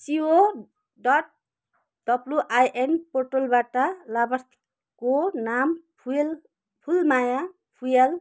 CO dot W I N पोर्टलबाट लाभार्थीको नाम फुँयाल फुलमाया फुँयाल